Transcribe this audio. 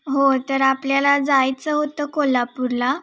हो तर आपल्याला जायचं होतं कोल्हापूरला